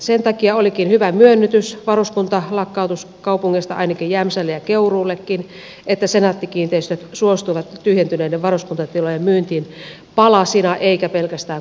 sen takia olikin hyvä myönnytys varuskuntalakkautuskaupungeista ainakin jämsälle ja keuruullekin että senaatti kiinteistöt suostuivat tyhjentyneiden varuskuntatilojen myyntiin palasina eikä pelkästään kokonaisuutena